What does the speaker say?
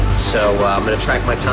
so i'm gonna track my time,